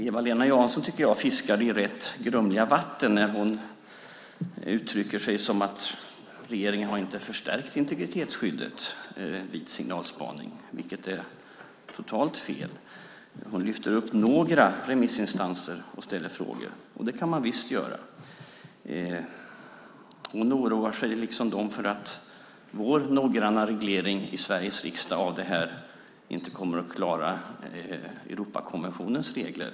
Eva-Lena Jansson fiskar i rätt grumliga vatten när hon uttrycker att regeringen inte har förstärkt integritetsskyddet vid signalspaning. Det är totalt fel. Hon lyfter upp några remissinstanser och ställer frågor. Det kan man visst göra. Hon oroar sig liksom dem för att vår noggranna reglering i Sveriges riksdag av detta inte kommer att klara Europakonventionens regler.